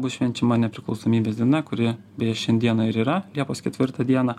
bus švenčiama nepriklausomybės diena kuri beje šiandieną ir yra liepos ketvirtą dieną